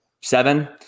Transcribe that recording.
seven